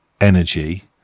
energy